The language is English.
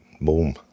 boom